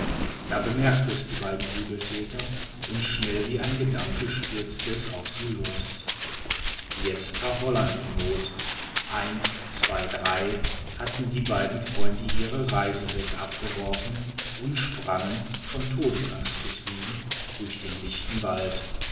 da bemerkte es die beiden übelthäter und schnell wie ein gedanke stürzte es auf sie los jetzt war holland in not eins zwei drei hatten die beiden freunde ihre reisesäcke abgeworfen und sprangen von todesangst getrieben durch den lichten wald